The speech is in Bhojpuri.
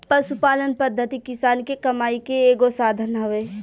पशुपालन पद्धति किसान के कमाई के एगो साधन हवे